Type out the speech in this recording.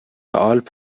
آلپ